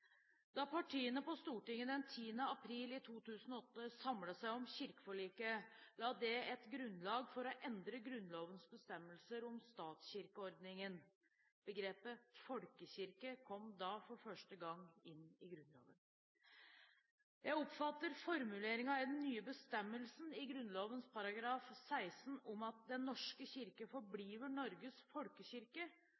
Da partiene på Stortinget den 10. april 2008 samlet seg om kirkeforliket, la det et grunnlag for å endre Grunnlovens bestemmelser om statskirkeordningen. Begrepet «folkekirke» kom da for første gang inn i Grunnloven. Jeg oppfatter formuleringen i den nye bestemmelsen i Grunnloven § 16 om at «Den norske kirke